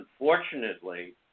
Unfortunately